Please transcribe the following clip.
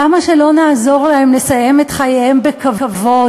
למה שלא נעזור להם לסיים את חייהם בכבוד?